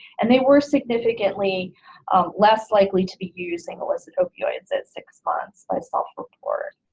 and they were significantly less likely to be using illicit opioids at six months by self-report.